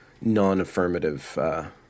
non-affirmative